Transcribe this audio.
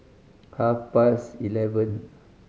half past eleven